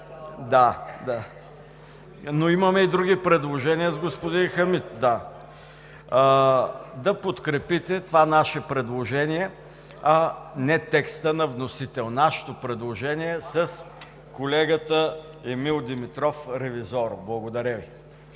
но имаме и други предложения с господин Хамид. Апелирам да подкрепите това наше предложение, а не текста на вносителя – нашето предложение с колегата Емил Димитров – Ревизоро. Благодаря Ви.